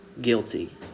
guilty